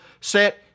set